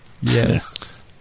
Yes